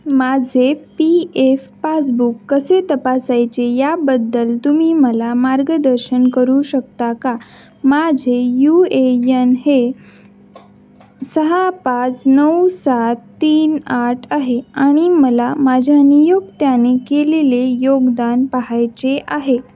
माझे P F passbook कसे तपासायचे याबद्दल तुम्ही मला मार्गदर्शन करू शकता का माझे यू ए यन हे सहा पाच नऊ सात तीन आठ आहे आणि मला माझ्या नियुक्त्याने केलेले योगदान पाहायचे आहे